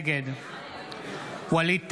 נגד ווליד טאהא,